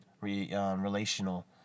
relational